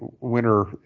winter